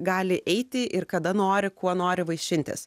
gali eiti ir kada nori kuo nori vaišintis